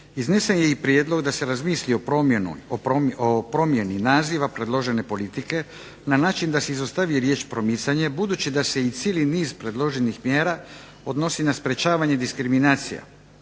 Iznesen je i prijedlog da se razmisli o promjeni naziva predložene politike na način da se izostavi riječ promicanje budući da se i cijeli niz predloženih mjera odnosi na sprečavanje diskriminacije